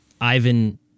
Ivan